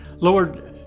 Lord